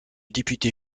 député